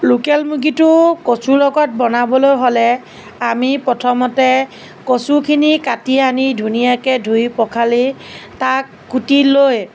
local মুৰ্গীটো কচুৰ লগত বনাবলৈ হ'লে আমি প্ৰথমতে কচুখিনি কাটি আনি ধুনীয়াকৈ ধুই পখালি তাক কুটি লৈ